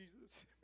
Jesus